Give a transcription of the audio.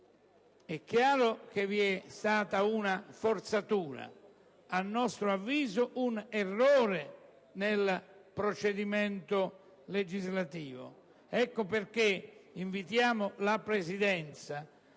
È chiaro che vi è stata una forzatura, a nostro avviso un errore nel procedimento legislativo; ecco perché invitiamo la Presidenza